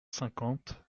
cinquante